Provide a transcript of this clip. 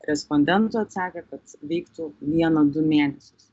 respondentų atsakė kad veiktų vieną du mėnesius